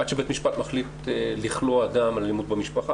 עד שבית משפט מחליט לכלוא אדם על אלימות במשפחה,